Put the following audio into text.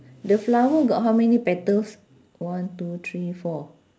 the flower got how many petals one two three four